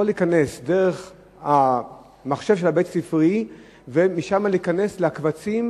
יכול להיכנס דרך המחשב הבית-ספרי ומשם להיכנס לקובצי